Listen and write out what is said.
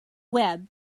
web